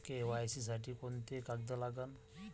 KYC साठी कोंते कागद लागन?